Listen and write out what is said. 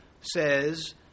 says